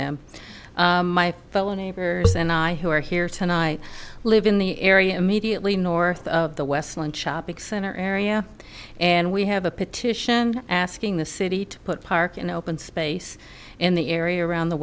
them my fellow neighbors and i who are here tonight live in the area immediately north of the westland shopping center area and we have a petition asking the city to put park in open space in the area around the